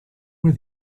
were